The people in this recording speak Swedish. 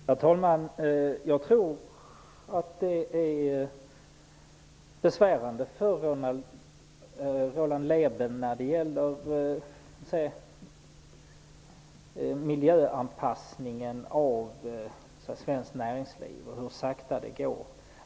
Herr talman! Jag tror att det är besvärande för Roland Lében att miljöanpassningen av svenskt näringsliv går så sakta.